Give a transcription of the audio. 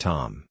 Tom